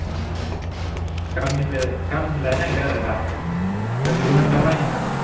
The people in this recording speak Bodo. गामिनिफ्राय गामिनिफ्राय लायनो नागिरदों आरो दा आर बेबो नों दा बायनो हागोन